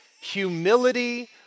humility